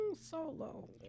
solo